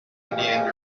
indian